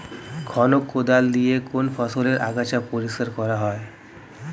খনক কোদাল দিয়ে কোন ফসলের আগাছা পরিষ্কার করা হয়?